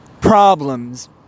problems